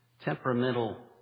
temperamental